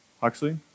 Huxley